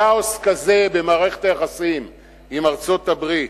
כאוס כזה במערכת היחסים עם ארצות-הברית,